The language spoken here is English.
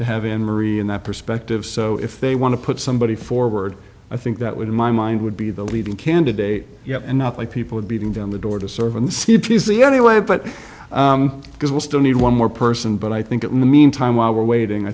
to have in moree in that perspective so if they want to put somebody forward i think that would in my mind would be the leading candidate and not like people beating down the door to serve in the c p c anyway but because we still need one more person but i think in the meantime while we're waiting i